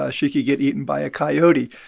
ah she could get eaten by a coyote.